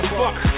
fuck